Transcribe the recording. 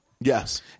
Yes